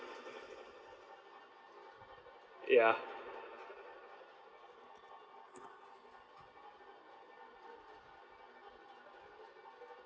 ya